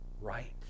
right